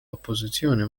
oppożizzjoni